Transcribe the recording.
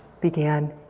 began